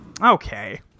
Okay